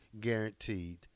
guaranteed